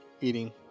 eating